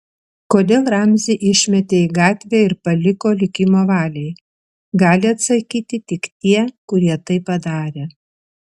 kodėl ramzį išmetė į gatvę ir paliko likimo valiai gali atsakyti tik tie kurie tai padarė